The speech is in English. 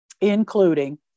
including